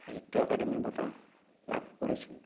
সাহিত্য একাডেমি বঁটা লাভ কৰিছিল